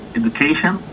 education